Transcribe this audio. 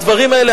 הדברים האלה,